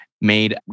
made